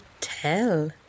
tell